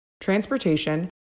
transportation